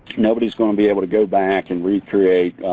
nobody is going to be able to go back and recreate,